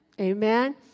Amen